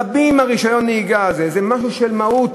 אבל אצל רבים רישיון הנהיגה הזה זה משהו של מהות,